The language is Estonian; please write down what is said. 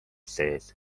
sees